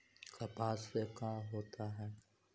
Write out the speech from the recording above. कपास से का होता है?